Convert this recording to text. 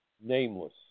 nameless